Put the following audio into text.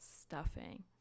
stuffing